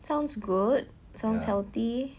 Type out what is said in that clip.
sounds good sounds healthy